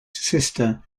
sister